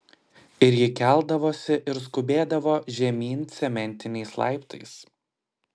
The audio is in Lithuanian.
ir ji keldavosi ir skubėdavo žemyn cementiniais laiptais